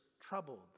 troubled